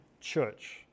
church